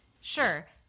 sure